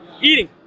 Eating